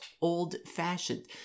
old-fashioned